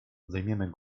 zajmiemy